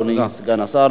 אדוני סגן השר,